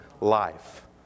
life